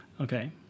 Okay